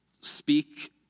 speak